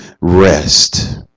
rest